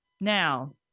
Now